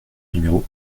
numéro